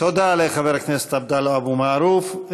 תודה לחבר הכנסת עבדאללה אבו מערוף.